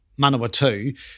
Manawatu